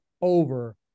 over